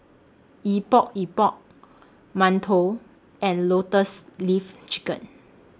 Epok Epok mantou and Lotus Leaf Chicken